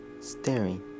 staring